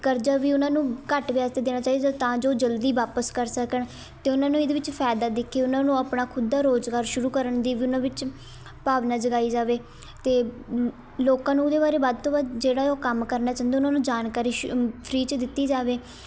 ਕਰਜ਼ਾ ਵੀ ਉਹਨਾਂ ਨੂੰ ਘੱਟ ਵਿਆਜ 'ਤੇ ਦੇਣਾ ਚਾਹੀਦਾ ਤਾਂ ਜੋ ਜਲਦੀ ਵਾਪਸ ਕਰ ਸਕਣ ਅਤੇ ਉਹਨਾਂ ਨੂੰ ਇਹਦੇ ਵਿੱਚ ਫਾਇਦਾ ਦਿਖੇ ਉਹਨਾਂ ਨੂੰ ਆਪਣਾ ਖੁਦ ਦਾ ਰੁਜ਼ਗਾਰ ਸ਼ੁਰੂ ਕਰਨ ਦੀ ਵੀ ਉਹਨਾਂ ਵਿੱਚ ਭਾਵਨਾ ਜਗਾਈ ਜਾਵੇ ਅਤੇ ਲੋਕਾਂ ਨੂੰ ਉਹਦੇ ਬਾਰੇ ਵੱਧ ਤੋਂ ਵੱਧ ਜਿਹੜਾ ਉਹ ਕੰਮ ਕਰਨਾ ਚਾਹੁੰਦੇ ਉਹਨਾਂ ਨੂੰ ਜਾਣਕਾਰੀ ਫ੍ਰੀ 'ਚ ਦਿੱਤੀ ਜਾਵੇ